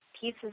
pieces